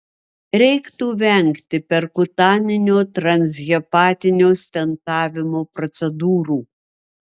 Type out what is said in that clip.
reikėtų vengti perkutaninio transhepatinio stentavimo procedūrų